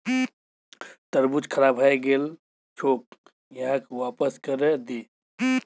तरबूज खराब हइ गेल छोक, यहाक वापस करे दे